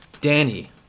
Danny